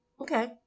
Okay